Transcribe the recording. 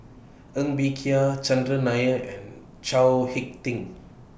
Ng Bee Kia Chandran Nair and Chao Hick Tin